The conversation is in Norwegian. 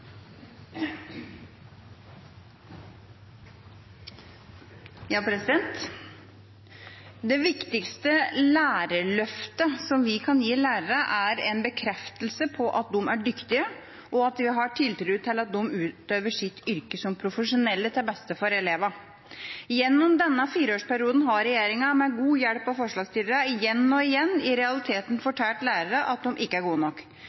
Ja, jeg tar opp det forslaget Kristelig Folkeparti står bak sammen med Senterpartiet og SV. Da har representanten Anders Tyvand tatt opp det forslaget han refererte til. Det viktigste lærerløftet vi kan gi lærerne, er en bekreftelse på at de er dyktige, og at vi har tiltro til at de utøver sitt yrke som profesjonelle til beste for elevene. Gjennom denne fireårsperioden har regjeringa, med god hjelp